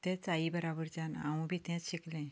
तेंच आई बरोबरच्यान हांवूय बी तेंच शिकलें